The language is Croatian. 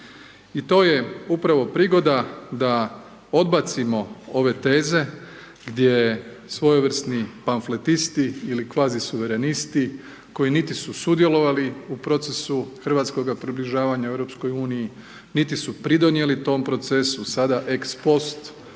I to je upravo prigoda da odbacimo ove teze gdje svojevrsni pamfletisti ili kvazisuverenisti koji niti su sudjelovali u procesu Hrvatskoga približavanja EU, niti su pridonijeli tom procesu sada ex post